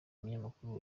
umunyamakuru